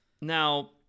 Now